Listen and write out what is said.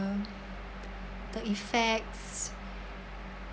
the effects